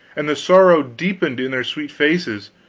and the sorrow deepened in their sweet faces!